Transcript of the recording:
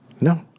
No